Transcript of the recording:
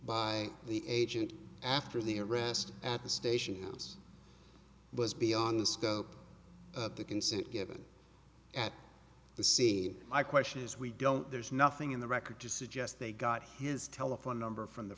by the agent after the arrest at the station house was beyond the scope of the consent given at the see my question is we don't there's nothing in the record to suggest they got his telephone number from the